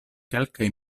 kelkaj